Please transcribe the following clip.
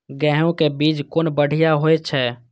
गैहू कै बीज कुन बढ़िया होय छै?